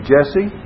Jesse